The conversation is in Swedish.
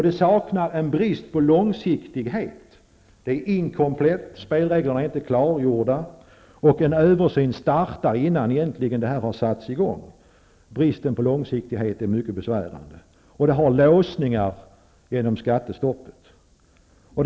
Det saknar långsiktighet. Det är inkomplett. Spelreglerna är inte klargjorda, och en översyn startar innan systemet egentligen har satts i gång. Bristen på långsiktighet är mycket besvärande. Det har också låsningar genom skattestoppet.